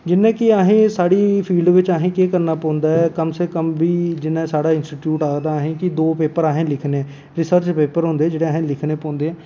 जि'यां कि असें साढ़ी फील्ड बिच असें केह् करना पौंदा ऐ कम से कम बी जिन्ना साढ़ा इंस्टीट्यूट आखदा कि दो पेपर असें लिखने रिसर्च पेपर होंदे जेह्ड़े असें लिखने पौंदे